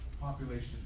population